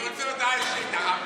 אני רוצה הודעה אישית אחר כך.